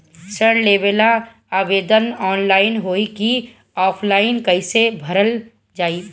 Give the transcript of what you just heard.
ऋण लेवेला आवेदन ऑनलाइन होई की ऑफलाइन कइसे भरल जाई?